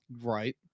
Right